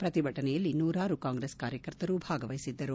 ಪ್ರತಿಭಟನೆಯಲ್ಲಿ ನೂರಾರು ಕಾಂಗ್ರೆಸ್ ಕಾರ್ಯಕರ್ತರು ಭಾಗವಹಿಸಿದ್ದರು